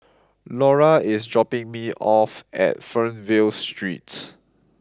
Laura is dropping me off at Fernvale Street